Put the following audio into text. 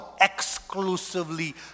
exclusively